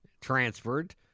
transferred